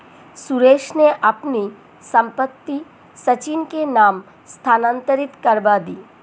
सुरेश ने अपनी संपत्ति सचिन के नाम स्थानांतरित करवा दी